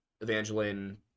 Evangeline